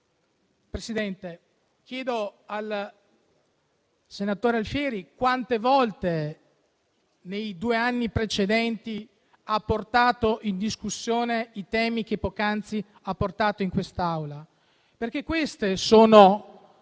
Presidente, chiedo al senatore Alfieri quante volte nei due anni precedenti ha portato in discussione i temi che poc'anzi ha portato in quest'Aula, perché queste sono